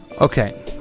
Okay